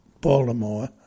Baltimore